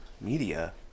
Media